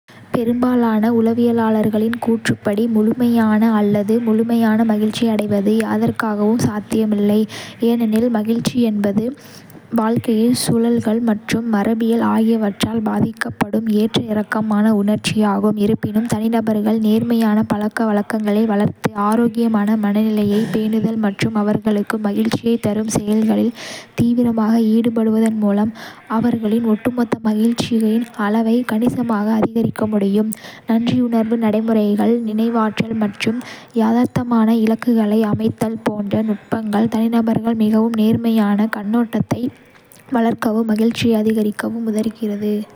பெரும்பாலான உளவியலாளர்களின் கூற்றுப்படி, முழுமையான அல்லது முழுமையான மகிழ்ச்சியை அடைவது யதார்த்தமாக சாத்தியமில்லை, ஏனெனில் மகிழ்ச்சி என்பது வாழ்க்கைச் சூழல்கள் மற்றும் மரபியல் ஆகியவற்றால் பாதிக்கப்படும் ஏற்ற இறக்கமான உணர்ச்சியாகும். இருப்பினும், தனிநபர்கள் நேர்மறையான பழக்கவழக்கங்களை வளர்த்து, ஆரோக்கியமான மனநிலையைப் பேணுதல் மற்றும் அவர்களுக்கு மகிழ்ச்சியைத் தரும் செயல்களில் தீவிரமாக ஈடுபடுவதன் மூலம் அவர்களின் ஒட்டுமொத்த மகிழ்ச்சியின் அளவை கணிசமாக அதிகரிக்க முடியும். நன்றியுணர்வு நடைமுறைகள், நினைவாற்றல் மற்றும் யதார்த்தமான இலக்குகளை அமைத்தல் போன்ற நுட்பங்கள் தனிநபர்கள் மிகவும் நேர்மறையான கண்ணோட்டத்தை வளர்க்கவும் மகிழ்ச்சியை அதிகரிக்கவும் உதவும்.